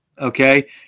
Okay